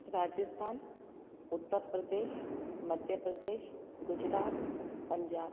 Rajasthan Uttar Pradesh Madhya Pradesh Gujarat Punjab